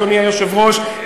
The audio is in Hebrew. אדוני היושב-ראש,